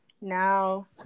Now